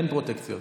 אין פרוטקציות.